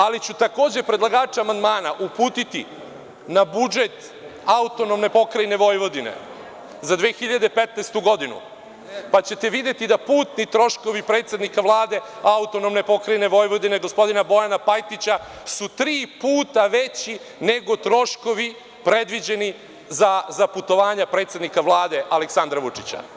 Ali, takođe ću predlagače amandmana uputiti na budžet AP Vojvodine za 2015. godinu, pa ćete videti da putni troškovi predsednika Vlade AP Vojvodine gospodina Bojana Pajtića su tri puta veći nego troškovi predviđeni za putovanja predsednika Vlade Aleksandra Vučića.